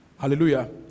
Hallelujah